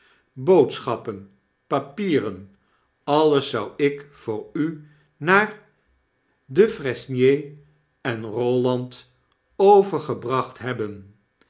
boodschappen papieren alles zou ik voor u naar defresnier en rolland overgebracht hebben